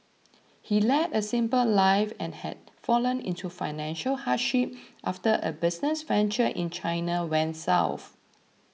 he led a simple life and had fallen into financial hardship after a business venture in China went south